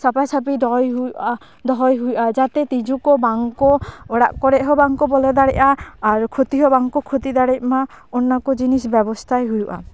ᱥᱟᱯᱷᱟᱥᱟᱯᱷᱤ ᱫᱚᱦᱚᱭ ᱦᱩᱭᱩᱜᱼᱟ ᱫᱚᱦᱚᱭ ᱦᱩᱭᱩᱜᱼᱟ ᱡᱟᱛᱮ ᱛᱤᱡᱩ ᱠᱚ ᱵᱟᱝ ᱠᱚ ᱚᱲᱟᱜ ᱠᱚᱨᱮᱜ ᱦᱚᱸ ᱵᱟᱝᱠᱚ ᱵᱚᱞᱚ ᱫᱟᱲᱮᱭᱟᱜᱼᱟ ᱟᱨ ᱠᱷᱚᱛᱤ ᱦᱚᱸ ᱵᱟᱝ ᱠᱚ ᱠᱷᱚᱛᱤ ᱫᱟᱲᱮᱜᱼᱢᱟ ᱚᱱᱟ ᱠᱚ ᱡᱤᱱᱤᱥ ᱵᱮᱵᱚᱥᱛᱟᱭ ᱦᱩᱭᱩᱜᱼᱟ